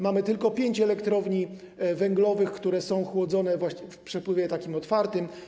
Mamy tylko pięć elektrowni węglowych, które są chłodzone w przepływie otwartym.